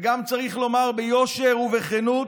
וגם צריך לומר ביושר ובכנות: